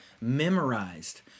memorized